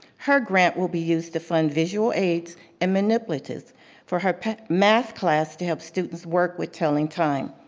her grant will be used to fund visual aids and manipulatives for her math class to help students work with telling time.